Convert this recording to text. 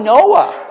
Noah